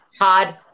hard